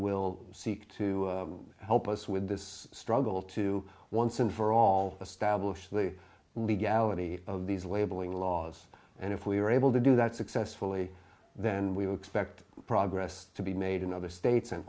will seek to help us with this struggle to once and for all the stablish the legality of these labeling laws and if we are able to do that successfully then we will expect progress to be made in other states and